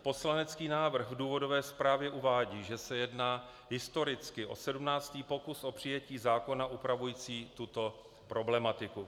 Poslanecký návrh v důvodové zprávě uvádí, že se jedná historicky o 17. pokus o přijetí zákona upravujícího tuto problematiku.